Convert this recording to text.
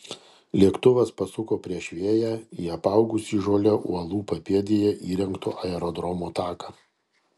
lėktuvas pasuko prieš vėją į apaugusį žole uolų papėdėje įrengto aerodromo taką